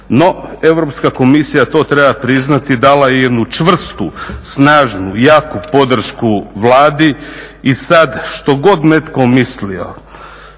no Europska komisija to treba priznati dala je jednu čvrstu, snažnu, jaku podršku Vladi i sad što god netko mislio